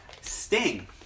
Sting